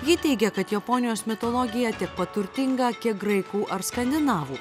ji teigia kad japonijos mitologija tiek pat turtinga kiek graikų ar skandinavų